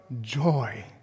joy